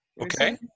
Okay